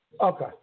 Okay